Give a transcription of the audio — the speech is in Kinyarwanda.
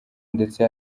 ndetse